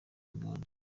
uganda